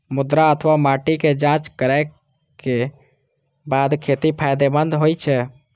मृदा अथवा माटिक जांच करैक बाद खेती फायदेमंद होइ छै